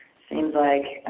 seems like,